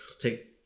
take